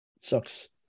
sucks